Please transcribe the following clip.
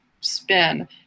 spin